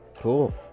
cool